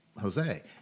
Jose